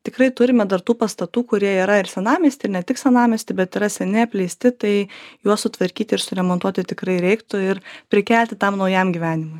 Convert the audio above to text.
tikrai turime dar tų pastatų kurie yra ir senamiesty ir ne tik senamiesty bet yra seni apleisti tai juos sutvarkyti ir suremontuoti tikrai reiktų ir prikelti tam naujam gyvenimui